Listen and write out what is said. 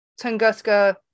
Tunguska